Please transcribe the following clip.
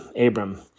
Abram